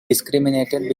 discriminated